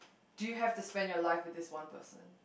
do you have to spend your life with this one person